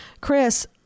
Chris